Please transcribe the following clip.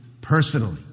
personally